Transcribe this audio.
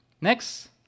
Next